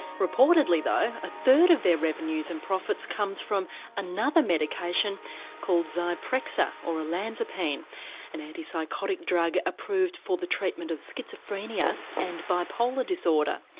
reportedly though a third of their revenues and profits comes from another medication called zyprexa or olanzapine an antipsychotic drug approved for the treatment of schizophrenia and bipolar disorder.